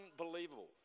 unbelievable